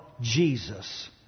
Jesus